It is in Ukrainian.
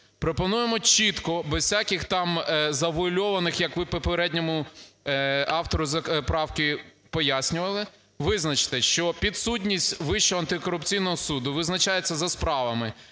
пропонуємо чітко, без всяких там завуальованих, як ви попередньому автору правки пояснювали, визначити, що підсудність Вищого антикорупційного суду визначається за справами,